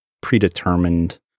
predetermined